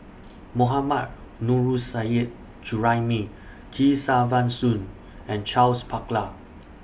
Mohammad Nurrasyid Juraimi Kesavan Soon and Charles Paglar